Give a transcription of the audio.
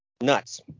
Nuts